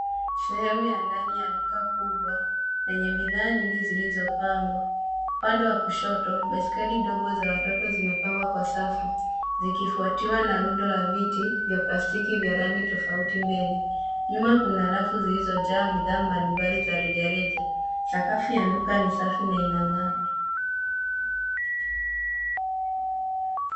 Sehemu ya ndani ya duka kubwa yenye bidhaa mingi zilizo pangwa, upande wa kushoto baiskeli ndogo za watoto zimepangwa kwa safu zikifuatiwa na rundo la viti vya plastiki vya rangi tofauti mbele. Nyuma kuna rafu zilizo jaa bidhaa mbali mbali za reja reja sakafu ya duka ni safi na ina ngaa.